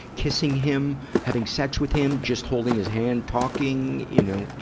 kissing him, having sex, with him, just holding his hand, talking, you know,